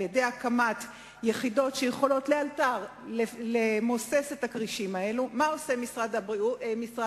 בהקמת יחידות שיכולות למוסס את הקרישים האלה לאלתר מה עושה משרד האוצר?